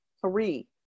three